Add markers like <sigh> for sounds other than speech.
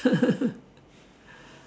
<laughs>